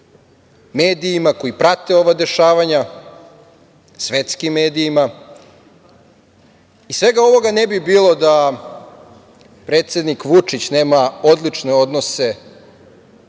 medijima koji prate ova dešavanja, svetskim medijima. Svega ovoga ne bi bilo da predsednik Vučić nema odlične odnose